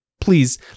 Please